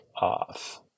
off